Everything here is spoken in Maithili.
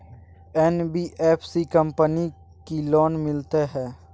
एन.बी.एफ.सी कंपनी की लोन मिलते है?